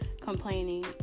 complaining